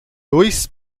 dois